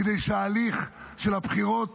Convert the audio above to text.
כדי שההליך של הבחירות,